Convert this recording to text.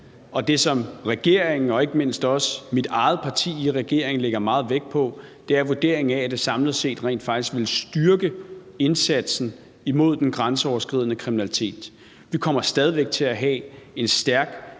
det, som regeringen og ikke mindst mit eget parti i regeringen lægger meget vægt på, vurderingen af, at det samlet set rent faktisk vil styrke indsatsen imod den grænseoverskridende kriminalitet. Vi kommer stadig væk til at have en stærk